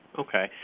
Okay